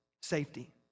safety